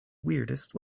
weirdest